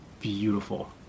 beautiful